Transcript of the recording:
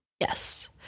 Yes